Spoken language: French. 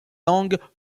langues